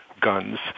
guns